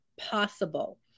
possible